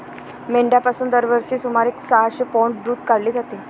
मेंढ्यांपासून दरवर्षी सुमारे सहाशे पौंड दूध काढले जाते